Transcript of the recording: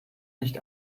nicht